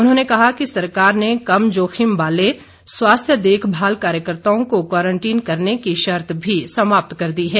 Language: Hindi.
उन्होंने कहा कि सरकार ने कम जोखिम वाले स्वास्थ्य देखभाल कार्यकर्ताओं को क्वारंटीन करने की शर्त भी समाप्त कर दी है